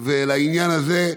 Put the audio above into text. ולעניין הזה?